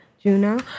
Juno